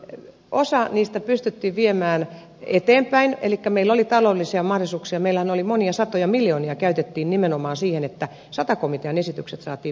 osa niistä pystyttiin viemään eteenpäin elikkä meillä oli taloudellisia mahdollisuuksia meillähän käytettiin monia satoja miljoonia siihen että sata komitean esitykset saatiin vietyä eteenpäin